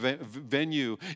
venue